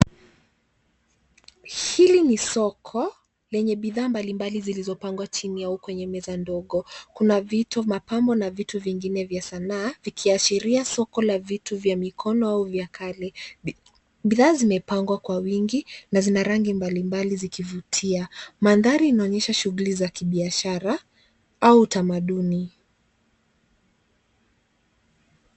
Hili ni soko lenye bidhaa mbali mbali zilizo pangwa chini au kwenye meza ndogo. Kuna vitu mapambo na vitu vingine vya sanaa vikiashiria soko la vitu vya mikono au via kale. Bidhaa vimepangwa kwa wingi na zina rangi mbali mbali ziki vutia. Mandhari inaonyesha shughuli za kibiashara au utamaduni.